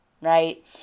right